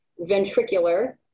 ventricular